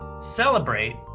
celebrate